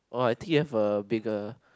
oh I tear for a bigger